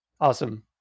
Awesome